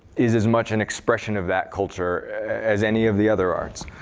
is as much an expression of that culture as any of the other arts.